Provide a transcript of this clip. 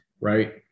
right